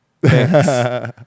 Thanks